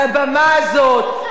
על הבמה הזאת,